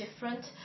different